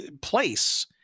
place